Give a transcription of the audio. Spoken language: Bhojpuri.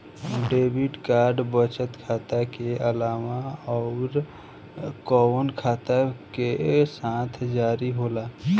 डेबिट कार्ड बचत खाता के अलावा अउरकवन खाता के साथ जारी होला?